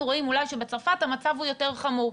אנחנו רואים שבצרפת המצב הוא יותר חמור.